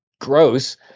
gross